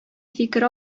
фикер